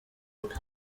rwe